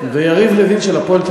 יריב לוין של "הפועל תל-אביב".